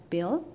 Bill